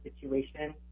situation